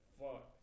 fuck